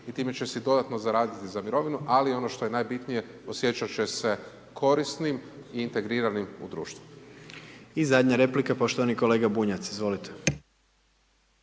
i time će si dodatno zaraditi za mirovinu, ali ono što je najbitnije osjećati će se korisnim i integriranim u društvu. **Jandroković, Gordan (HDZ)** I zadnja replika poštovani kolega Bunjac. Izvolite.